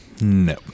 No